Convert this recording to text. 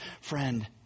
friend